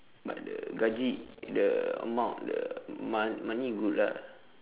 but the gaji the amount the mo~ money good lah